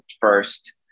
first